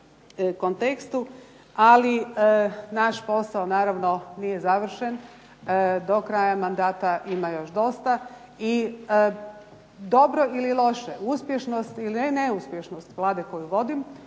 kontekstu. Ali naš posao naravno nije završen. Do kraja mandata ima još dosta. I dobro ili loše, uspješnost ili neuspješnost Vlade koju vodim,